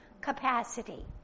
capacity